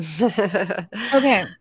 Okay